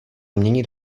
měnit